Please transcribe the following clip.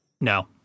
No